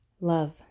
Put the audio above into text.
Love